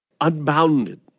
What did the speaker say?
unbounded